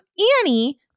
Annie